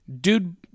Dude